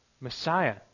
Messiah